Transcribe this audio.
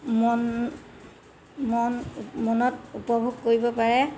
মন মন মনত উপভোগ কৰিব পাৰে